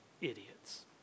idiots